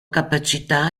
capacità